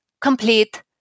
complete